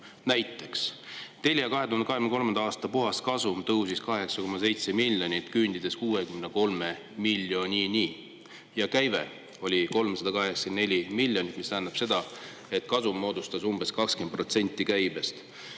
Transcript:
kasumid. Telia 2023. aasta puhaskasum tõusis 8,7 miljonit eurot, küündides 63 miljonini, ja käive oli 384 miljonit, mis tähendab seda, et kasum moodustas umbes 20% käibest.